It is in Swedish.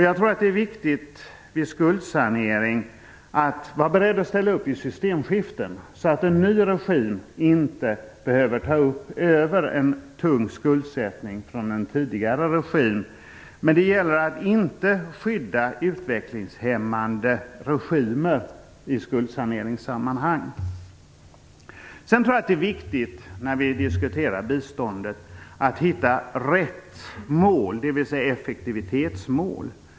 Jag tror att det vid skuldsanering är viktigt att ställa upp vid systemskiften, så att en ny regim inte behöver ta över en tung skuldsättning från en tidigare regim. Men det gäller att inte skydda utvecklingshämmande regimer i skuldsaneringssammanhang. Jag tror att det är viktigt att hitta rätt effektivitetsmål när vi diskuterar biståndet.